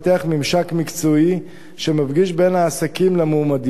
ממשק מקצועי שמפגיש בין העסקים למועמדים.